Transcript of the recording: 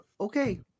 Okay